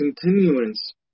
continuance